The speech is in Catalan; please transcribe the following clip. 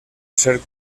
ser